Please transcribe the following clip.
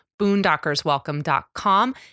boondockerswelcome.com